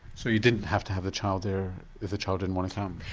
so you didn't have to have the child there if the child didn't want to come?